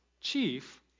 chief